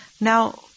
Now